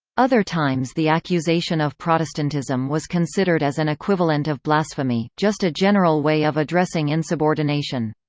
other times the accusation of protestantism was considered as an equivalent of blasphemy, just a general way of addressing insubordination.